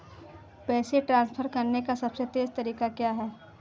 पैसे ट्रांसफर करने का सबसे तेज़ तरीका क्या है?